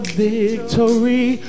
victory